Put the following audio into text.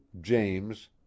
James